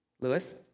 Lewis